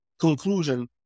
conclusion